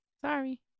Sorry